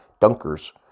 dunkers